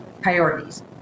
priorities